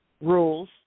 rules